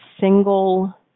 single